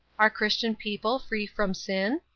are christian people free from sin?